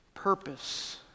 purpose